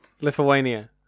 Lithuania